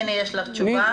הנה יש לך תשובה.